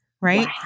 right